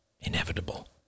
Inevitable